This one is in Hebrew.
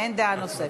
אין דעה נוספת.